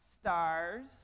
stars